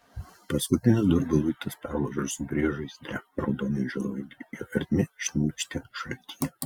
paskutinis durpių luitas perlūžo ir subyrėjo žaizdre raudonai žioruojanti jo ertmė šnypštė šaltyje